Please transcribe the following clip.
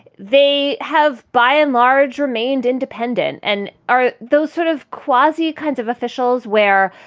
they have, by and large, remained independent. and are those sort of quasi kinds of officials where,